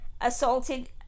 assaulted